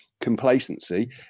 Complacency